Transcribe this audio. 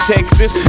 Texas